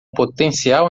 potencial